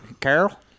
Carol